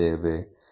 ಮತ್ತು z r